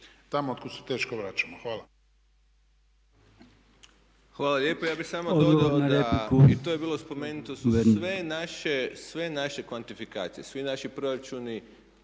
tamo otkuda se teško vraćamo. Hvala.